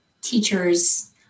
teachers